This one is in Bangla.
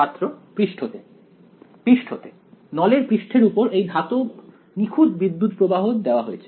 ছাত্র পৃষ্ঠতে পৃষ্ঠতে নলের পৃষ্ঠের উপর এই ধাতব নিখুঁত বিদ্যুত্প্রবাহ দেয়া হয়েছে